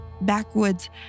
backwoods